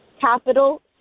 capital